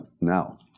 now